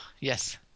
yes